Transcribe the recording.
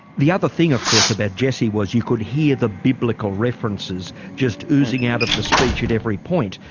the other thing of course about jesse was, you could hear the biblical references just oozing out of the speech at every point.